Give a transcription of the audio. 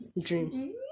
dream